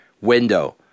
window